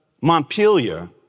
Montpelier